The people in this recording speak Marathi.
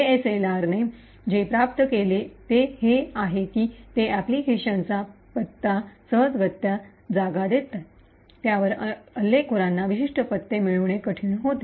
एएसएलआर ने जे प्राप्त केले ते हे आहे की ते अॅप्लिकेशनचा पत्ताना सहजगत्या जागा देते त्याद्वारे हल्लेखोरांना विशिष्ट पत्ते मिळविणे कठिण होते